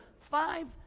five